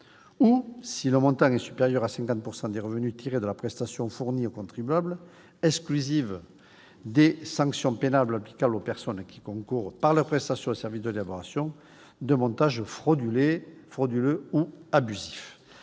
ou, si le montant est supérieur, de 50 % des revenus tirés de la prestation fournie au contribuable, exclusive des sanctions pénales, applicable aux personnes qui concourent, par leurs prestations de services, à l'élaboration de montages frauduleux ou abusifs.